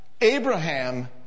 Abraham